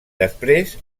després